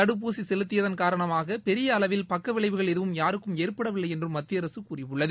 தடுப்பூசி செலுத்தியதன் காரணமாக பெரிய அளவில் பக்க விளைவுகள் எதுவும் யாருக்கும் ஏற்படவில்லை என்றும் மத்திய அரசு கூறியுள்ளது